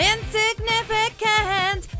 Insignificant